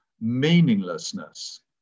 meaninglessness